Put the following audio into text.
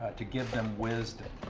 to give them wisdom,